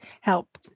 help